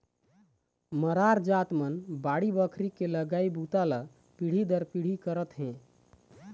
मरार जात मन बाड़ी बखरी के लगई बूता ल पीढ़ी दर पीढ़ी करत हे